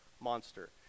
monster